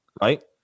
right